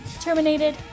Terminated